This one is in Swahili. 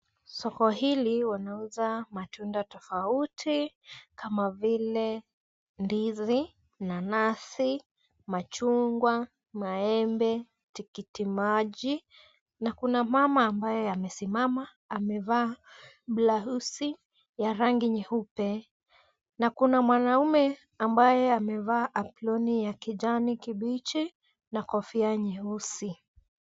Soko hili wanauza matunda tofauti kama vile ndizi, nanasi, machungwa , maembe, tkitimaji na kuna mama ambaye amesimama amevaa blausi ya rangi nyeupe na kuna mwanaume ambaye amevaa aproniya kijani kibichi na kofia nyeusi.